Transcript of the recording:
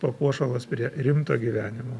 papuošalas prie rimto gyvenimo